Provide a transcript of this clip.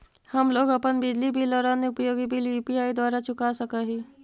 हम लोग अपन बिजली बिल और अन्य उपयोगि बिल यू.पी.आई द्वारा चुका सक ही